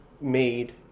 made